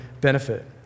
benefit